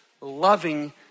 loving